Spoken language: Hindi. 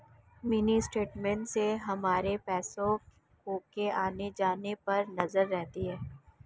मिनी स्टेटमेंट से हमारे पैसो के आने जाने पर नजर रहती है